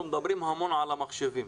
אנחנו מדברים הרבה על המחשבים.